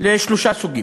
לשלושה סוגים: